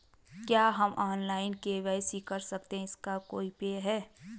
क्या हम online KYC कर सकते हैं इसका कोई ऐप है?